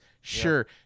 sure